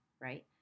right